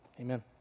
amen